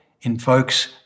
invokes